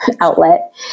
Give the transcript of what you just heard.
outlet